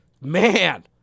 Man